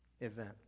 event